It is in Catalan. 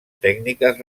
tècniques